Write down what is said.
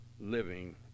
living